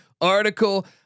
article